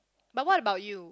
but what about you